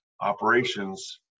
operations